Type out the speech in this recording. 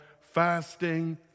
fasting